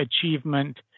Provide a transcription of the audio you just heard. achievement